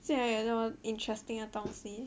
竟然有那么 interesting 的东西